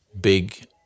big